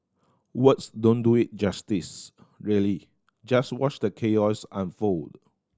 words don't do it justice really just watch the chaos unfold